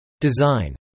Design